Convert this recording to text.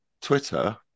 Twitter